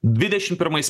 dvidešim pirmais